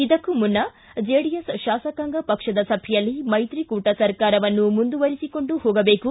ಇದಕ್ಕೂ ಮುನ್ನ ಜೆಡಿಎಸ್ ತಾಸಕಾಂಗ ಪಕ್ಷದ ಸಭೆಯಲ್ಲಿ ಮೈತ್ರಿಕೂಟ ಸರ್ಕಾರವನ್ನು ಮುಂದುವರೆಸಿಕೊಂಡು ಹೋಗಬೇಕು